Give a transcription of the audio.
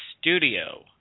studio